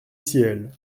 ciel